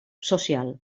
social